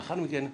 לאחר מכן,